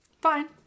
Fine